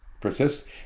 persist